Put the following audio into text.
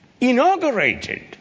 inaugurated